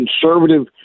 conservative